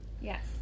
Yes